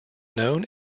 known